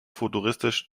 futuristisch